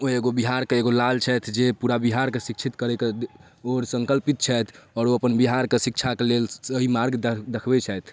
ओ एगो बिहारके एगो लाल छथि जे पूरा बिहारके शिक्षित करैके ओर सङ्कल्पित छथि आओर ओ अपन बिहारके शिक्षाके लेल सही मार्ग देखबै छथि